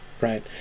right